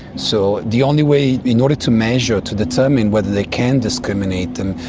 so the only way. in order to measure, to determine whether they can discriminate them,